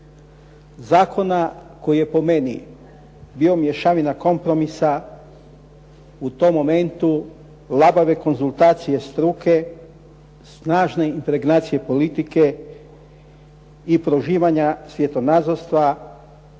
Zakona koji je po meni bio mješavina kompromisa u tom momentu labave konzultacije struke, snažne impregnacije politike i prožimanja svijetonadzorstva